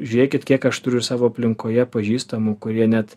žiūrėkit kiek aš turiu savo aplinkoje pažįstamų kurie net